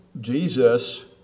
Jesus